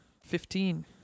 Fifteen